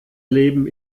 leben